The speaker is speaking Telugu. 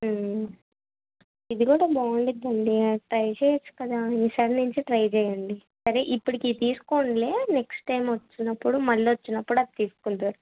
ఇది కూడా బాగాఉంటుందండి అది ట్రై చేయొచ్చు కదా ఈ సారినించి ట్రై చెయ్యండి సరే ఇప్పటికి ఇవి తీసుకోండి నెక్స్ట్ టైం వచ్చినప్పుడు మళ్ళీ వచ్చినప్పుడు అది తీసుకుందురుగాని